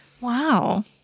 Wow